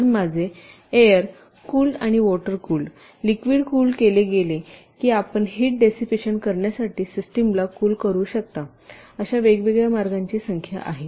तर माझे air cooled किंवा वॉटर कूल्ड लिक्विड कूल्ड केले गेले की आपण हिट डेसिपेशन करण्यासाठी सिस्टमला कूल करू शकता अशा वेगवेगळ्या मार्गांची संख्या आहे